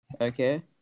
Okay